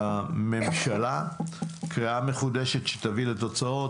לממשלה, קריאה מחודשת שתביא לתוצאות.